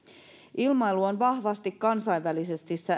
ilmailu on vahvasti kansainvälisesti